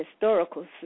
Historical